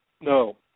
no